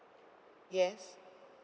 yes